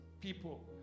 people